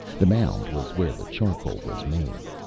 the mound was where the charcoal was made.